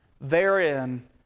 therein